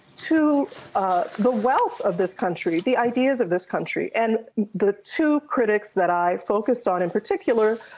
to the wealth of this country, the ideas of this country. and the two critics that i focused on in particular,